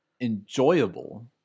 enjoyable